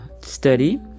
study